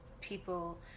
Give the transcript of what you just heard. people